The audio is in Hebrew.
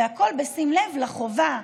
והכול בשים לב לחובה,